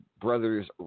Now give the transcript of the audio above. Brothers